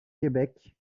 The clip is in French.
québec